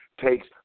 takes